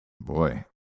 Boy